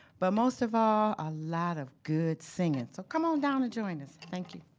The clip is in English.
but most of all a lot of good singing. so come on down and join us, thank you.